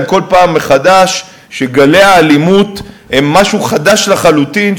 כל פעם מחדש שגלי האלימות הם משהו חדש לחלוטין,